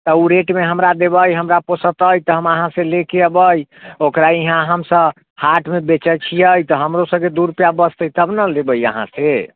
तऽ उ रेटमे हमरा देबै हमरा पोषैतै तऽ हम अहाँसँ लेके एबै ओकरा यहाँ हम सभ हाटमे बेचै छियै तऽ हमरो सभके दू रुपिआ बचते तब ने लेबै अहाँसँ